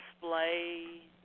display